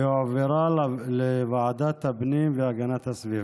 והועברה לוועדת הפנים והגנת הסביבה.